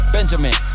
Benjamin